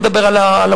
אני לא מדבר על המוסדות,